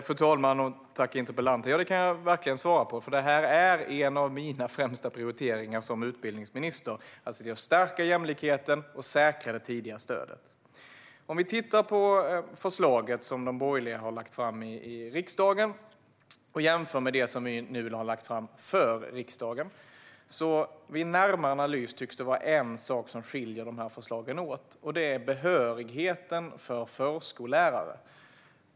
Fru talman! Det kan jag verkligen svara på. Det är en av mina främsta prioriteringar som utbildningsminister att stärka jämlikheten och säkra det tidiga stödet. Vid en närmare analys av det förslag som det borgerliga har lagt fram i riksdagen jämfört med det som vi nu har lagt fram för riksdagen tycks det vara en sak som skiljer förslagen åt, och det är behörigheten för förskollärare.